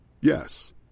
Yes